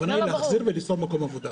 הכוונה היא להחזיר וליצור מקום עבודה.